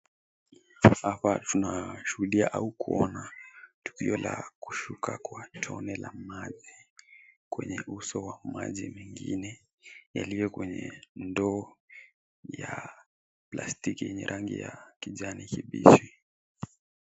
Hapa tunashuhudia au kuona tukio la kushuka kwa tone la maji kwenye uso wa maji mengine yaliyo kwenye ndoo ya plastiki yenye rangi ya kijani kibichi.